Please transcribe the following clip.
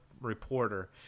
Reporter